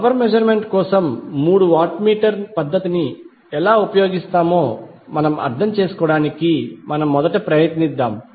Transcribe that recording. power measurement కోసం మూడు watt meter పద్ధతిని ఎలా ఉపయోగిస్తామో అర్థం చేసుకోవడానికి మనం మొదట ప్రయత్నిద్దాం